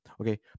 Okay